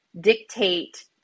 dictate